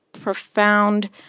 profound